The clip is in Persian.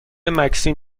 مکسیم